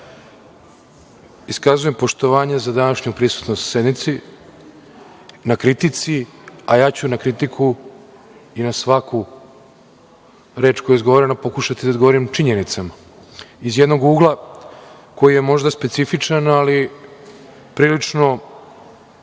stvari. Iskazujem poštovanje za današnju prisutnost sednici, na kritici, a ja ću na kritiku i na svaku reč koja je izgovorena pokušati da odgovorim činjenicama iz jednog ugla koji je možda specifičan, ali prilično